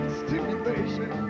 stimulation